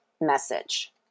message